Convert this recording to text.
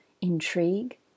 intrigue